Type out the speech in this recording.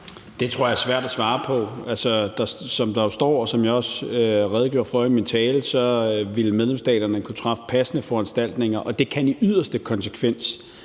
Det tror jeg er svært at svare på. Altså, som der jo står, og som jeg også redegjorde for i min tale, vil medlemsstaterne kunne træffe passende foranstaltninger, og det kan i yderste konsekvens